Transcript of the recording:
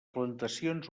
plantacions